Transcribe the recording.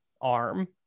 arm